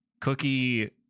Cookie